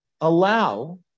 allow